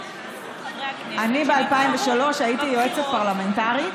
אני ב-2003 הייתי יועצת פרלמנטרית,